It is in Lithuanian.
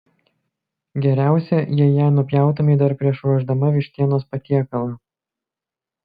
geriausia jei ją nupjautumei dar prieš ruošdama vištienos patiekalą